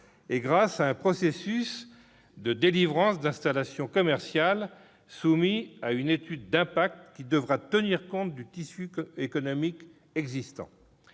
aussi un processus de délivrance d'installation commerciale soumis à une étude d'impact, qui devra tenir compte du tissu économique existant.